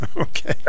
Okay